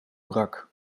brak